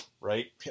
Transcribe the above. right